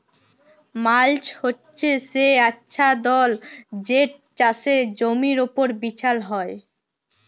mulch হছে সে আচ্ছাদল যেট চাষের জমির উপর বিছাল হ্যয়